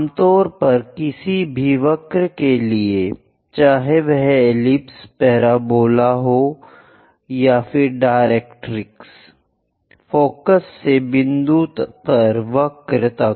आमतौर पर किसी भी वक्र के लिए चाहे वह एलिप्स पैराबोला हो या डायरेक्ट्रिक्स फोकस से बिंदु पर वक्र तक